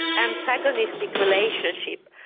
antagonistic relationships,